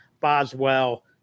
Boswell